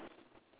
ya